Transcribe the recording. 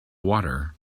water